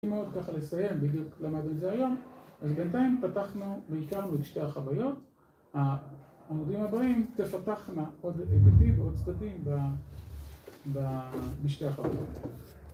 ‫מאוד ככה לסיים בדיוק למדת זה היום, ‫אז בינתיים פתחנו והיכרנו בשתי החוויות. ה‫עמודים הבאים תפתחנה עוד ‫אפקטיב ועוד צדדים בשתי החוויות.